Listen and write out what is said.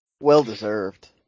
Well-deserved